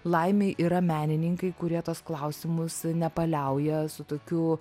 laimei yra menininkai kurie tuos klausimus nepaliauja su tokiu